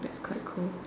that's quite cool